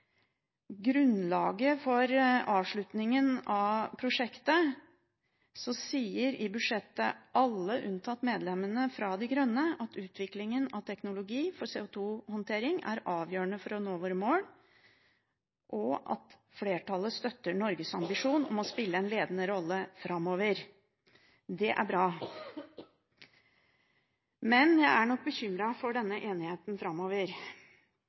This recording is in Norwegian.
grunnlaget for avslutningen av prosjektet sier alle partier i budsjettinnstillingen – unntatt medlemmene fra Miljøpartiet De Grønne – at utviklingen av teknologi for CO2-håndtering er avgjørende for å nå våre mål, og at flertallet støtter Norges ambisjon om å spille en ledende rolle framover. Det er bra. Jeg er bekymret for enigheten framover